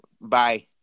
Bye